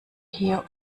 here